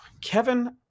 Kevin